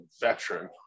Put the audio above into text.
veteran